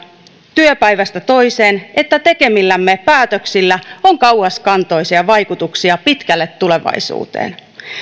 työpäivästä toiseen että tekemillämme päätöksillä on kauaskantoisia vaikutuksia pitkälle tulevaisuuteen